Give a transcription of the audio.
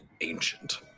ancient